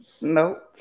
nope